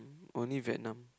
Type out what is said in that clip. only Vietnam